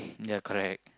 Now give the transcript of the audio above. ya correct